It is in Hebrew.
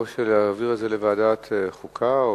או להעביר את זה לוועדת החוקה?